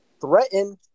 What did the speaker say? threaten